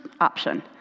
option